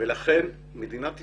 לכן מדינת ישראל,